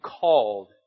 called